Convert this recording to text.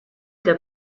der